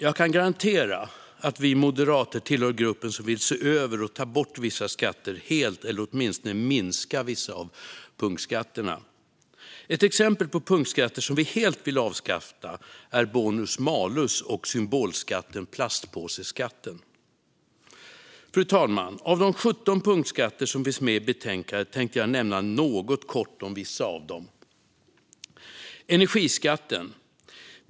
Jag kan garantera att vi moderater tillhör gruppen som vill se över och ta bort vissa skatter helt eller åtminstone minska vissa av punktskatterna. Exempel på punktskatter som vi helt vill avskaffa är bonus malus och symbolskatten plastpåseskatten. Fru talman! Av de 17 punktskatter som finns med i betänkandet tänkte jag kort nämna något om vissa av dem. Det gäller först energiskatten.